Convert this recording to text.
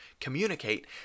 communicate